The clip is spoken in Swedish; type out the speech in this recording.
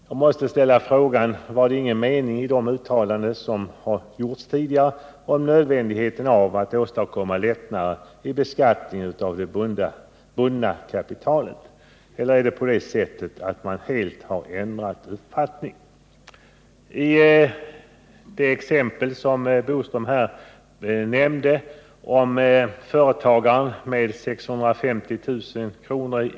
Jag måste ställa frågan: Var det ingen mening i det uttalande som har gjorts tidigare om nödvändigheten av att åstadkomma lättnader i beskattningen av det bundna kapitalet, eller är det på det sättet att man helt har ändrat uppfattning? I det exempel som Curt Boström här nämnde, nämligen företagaren med 650 000 kr.